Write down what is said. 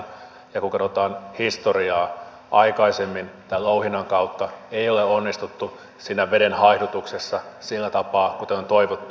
ja kun katsotaan historiaa aikaisemmin tämän louhinnan kautta ei ole onnistuttu siinä veden haihdutuksessa sillä tapaa kuten on toivottu